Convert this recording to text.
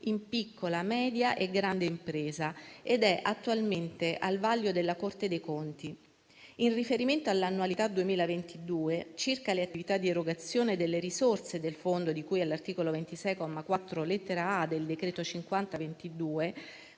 in piccola, media e grande impresa ed è attualmente al vaglio della Corte dei conti. In riferimento all'attualità 2022 circa le attività di erogazione delle risorse del fondo di cui all'articolo 26, comma 4, lettera *a)*, del decreto-legge